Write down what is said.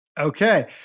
Okay